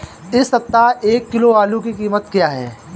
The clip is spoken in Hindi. इस सप्ताह एक किलो आलू की कीमत क्या है?